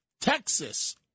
Texas